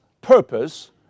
purpose